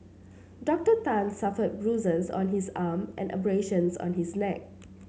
Doctor Tan suffered bruises on his arm and abrasions on his neck